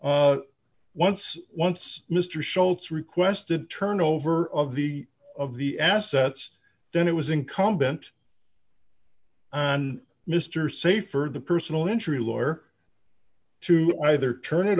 once once mr schultz requested turnover of the of the assets then it was incumbent on mr safer the personal injury lawyer to either turn it